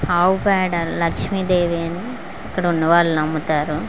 ఆవు పేడ లక్ష్మీదేవి అని ఇక్కడున్న వాళ్ళు నమ్ముతారు